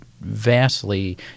vastly